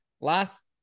last